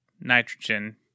nitrogen